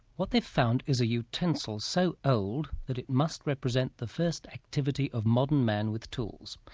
what they found is a utensil so old that it must represent the first activity of modern man with tools,